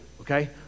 okay